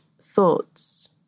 thoughts